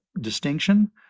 distinction